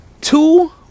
Two